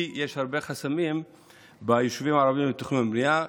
כי יש הרבה חסמים ביישובים הערביים לתכנון ובנייה.